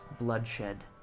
bloodshed